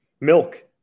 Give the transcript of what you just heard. Milk